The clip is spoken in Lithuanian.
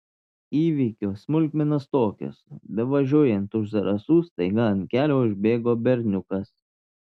įvykio smulkmenos tokios bevažiuojant už zarasų staiga ant kelio užbėgo berniukas